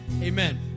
Amen